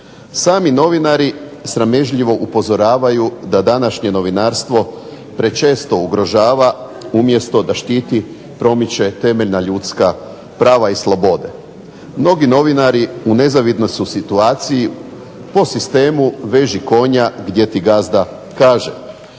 Sami novinari sramežljivo upozoravaju da današnje novinarstvo prečesto ugrožava umjesto da štiti, promiče temeljna ljudska prava i slobode. Mnogi novinari u nezavidnoj su situaciji po sistemu veži konja gdje ti gazda kaže.